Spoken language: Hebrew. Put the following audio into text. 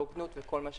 הוגנות וכל מה שקשור.